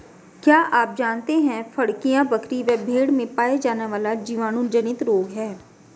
क्या आप जानते है फड़कियां, बकरी व भेड़ में पाया जाने वाला जीवाणु जनित रोग है?